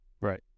Right